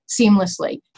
seamlessly